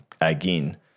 again